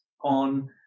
on